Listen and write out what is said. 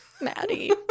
Maddie